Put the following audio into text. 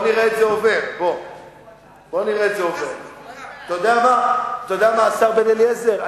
אתה יודע מה, השר בן-אליעזר?